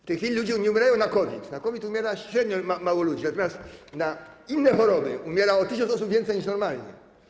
W tej chwili ludzie nie umierają na COVID, na COVID umiera średnio mało ludzi, natomiast na inne choroby umiera o 1 tys. osób więcej niż normalnie.